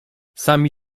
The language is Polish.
sami